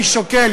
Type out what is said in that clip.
אני שוקל,